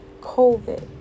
COVID